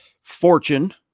fortune